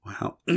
Wow